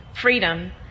freedom